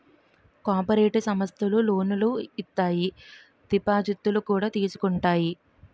cooperative సమస్థలు లోనులు ఇత్తాయి దిపాజిత్తులు కూడా తీసుకుంటాయి